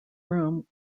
room